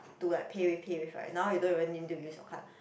to like PayWave PayWave right now you don't even need to use your card